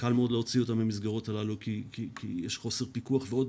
שקל מאוד להוציא אותם מהמסגרות הללו כי יש חוסר פיקוח ועוד